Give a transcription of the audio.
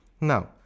Now